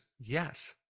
yes